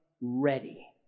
ready